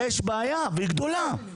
יש בעיה, והיא גדולה.